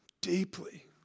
deeply